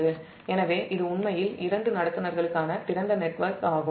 எனவே இது உண்மையில் இரண்டு கடத்திகளுக்கான திறந்த நெட்வொர்க் ஆகும்